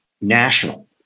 national